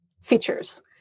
features